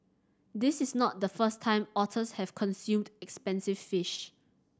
this is not the first time otters have consumed expensive fish